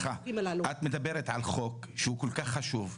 את מדברת על חוק שהוא כל כך חשוב,